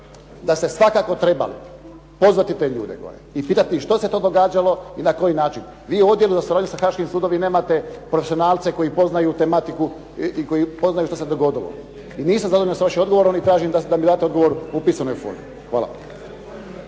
da ste svakako trebali pozvati te ljude gore i pitati ih što se to događalo i na koji način. Vi u Odjelu za suradnju sa Haaškim sudom vi nemate profesionalce koji poznaju tematiku i koji poznaju što se dogodilo. I nisam zadovoljan s vašim odgovorom i tražim da mi date odgovor u pisanoj formi. Hvala.